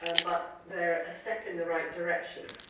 um but they're a step in the right direction.